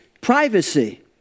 privacy